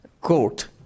court